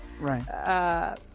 Right